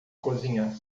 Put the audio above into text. cozinhar